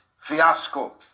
fiasco